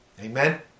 Amen